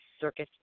Circus